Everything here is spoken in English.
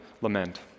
lament